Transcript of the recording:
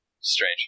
Strange